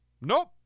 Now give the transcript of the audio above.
Nope